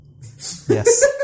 Yes